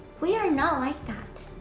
we are not like that.